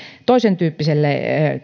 toisentyyppiselle